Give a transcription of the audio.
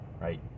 right